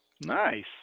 nice